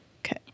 Okay